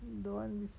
don't want